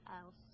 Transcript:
else